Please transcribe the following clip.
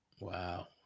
Wow